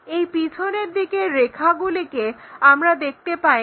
এই পিছনের দিকের রেখাগুলোকে আমরা দেখতে পাই না